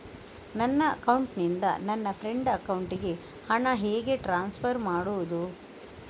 ನನ್ನ ಅಕೌಂಟಿನಿಂದ ನನ್ನ ಫ್ರೆಂಡ್ ಅಕೌಂಟಿಗೆ ಹಣ ಹೇಗೆ ಟ್ರಾನ್ಸ್ಫರ್ ಮಾಡುವುದು?